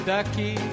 Ducky